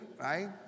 right